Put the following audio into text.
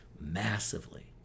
massively